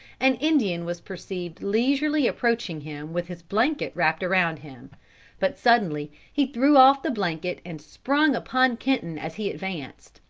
an indian was perceived leisurely approaching him with his blanket wrapped around him but suddenly he threw off the blanket and sprung upon kenton as he advanced.